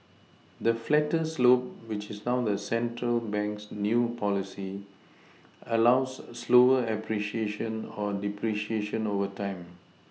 the flatter slope which is now the central bank's new policy allows slower appreciation or depreciation over time